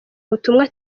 ubutumwa